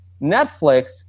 Netflix